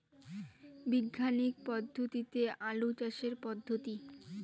বিজ্ঞানিক পদ্ধতিতে আলু চাষের পদ্ধতি?